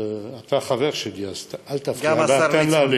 אתה חבר שלי, אז אל תפריע לה.